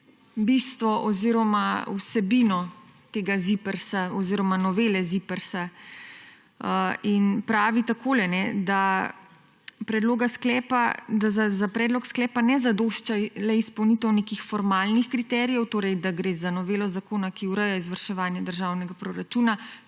bistvo oziroma vsebino novele ZIPRS. In pravi, da za predlog sklepa ne zadošča le izpolnitev nekih formalnih kriterijev, torej da gre za novelo zakona, ki ureja izvrševanje državnega proračuna,